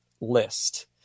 list